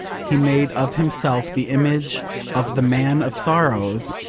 he made of himself the image of the man of sorrows,